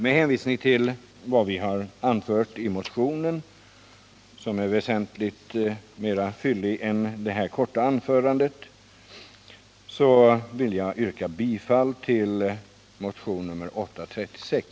Med hänvisning till vad som anförts i motionen, vilken är väsentligt fylligare än detta korta anförande, yrkar jag bifall till motionen 836.